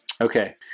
okay